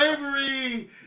Slavery